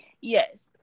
yes